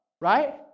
right